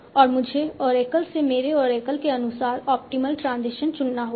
और मुझे ओरेकल से मेरे ओरेकल के अनुसार ऑप्टिमल ट्रांजिशन चुनना होगा